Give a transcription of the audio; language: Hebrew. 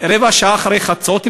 רבע שעה אחרי חצות.